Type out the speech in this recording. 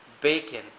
bacon